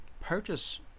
purchase